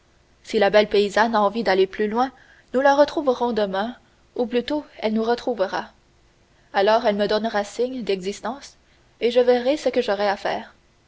si la belle paysanne a envie d'aller plus loin nous la retrouvons demain ou plutôt elle nous retrouvera alors elle me donnera signe d'existence et je verrai ce que j'aurai à faire